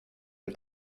ein